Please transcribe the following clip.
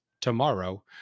tomorrow